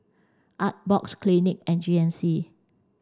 Artbox Clinique and G N C